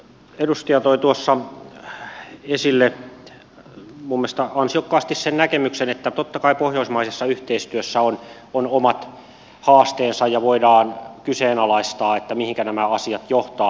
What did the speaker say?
edustaja toi tuossa esille minun mielestäni ansiokkaasti sen näkemyksen että totta kai pohjoismaisessa yhteistyössä on omat haasteensa ja voidaan kyseenalaistaa mihinkä nämä asiat johtavat